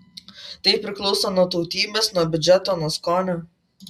tai priklauso nuo tautybės nuo biudžeto nuo skonio